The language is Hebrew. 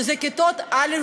שזה לכיתות א',